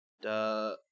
Duh